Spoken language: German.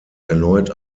erneut